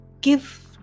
give